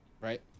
right